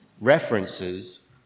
references